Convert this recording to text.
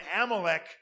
Amalek